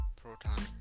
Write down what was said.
proton